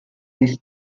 this